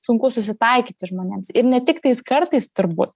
sunku susitaikyti žmonėms ir ne tik tais kartais turbūt